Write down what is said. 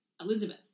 Elizabeth